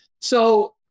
So-